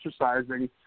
exercising